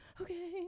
okay